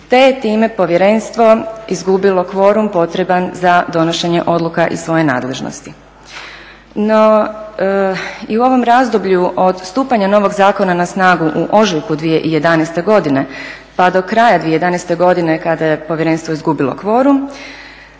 te je time povjerenstvo izgubilo kvorum potreban za donošenje odluka iz svoje nadležnosti. No i u ovom razdoblju od stupanja novog zakona na snagu u ožujku 2011. godine pa do kraja 2011. godine kada je povjerenstvo izgubilo kvorum